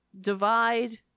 divide